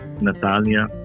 Natalia